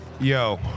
Yo